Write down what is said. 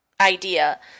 idea